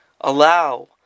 allow